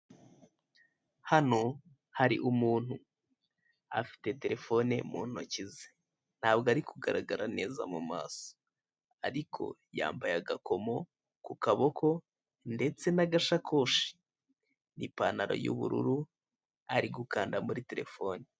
Hano hari umuntu afite terefone mu ntoki ze ntabwo ari kugaragara neza mu maso ariko yambaye agakomo ku kaboko ndetse n'agasakoshi, ipantaro y'ubururu, ari gukanda muri telefone.